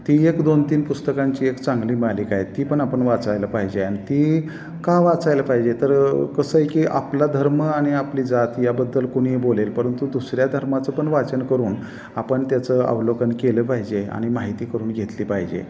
ती एक दोन तीन पुस्तकांची एक चांगली मालिका आहे ती पण आपण वाचायला पाहिजे आणि ती का वाचायला पाहिजे तर कसं आहे की आपला धर्म आणि आपली जात याबद्दल कुणी बोलेल परंतु दुसऱ्या धर्माचं पण वाचन करून आपण त्याचं अवलोकन केलं पाहिजे आणि माहिती करून घेतली पाहिजे